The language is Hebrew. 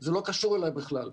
זה לא קשור אליי בכלל.